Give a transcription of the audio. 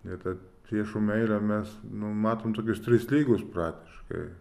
nei ta priešų meilė mes nu matom tokius trys lygius praktiškai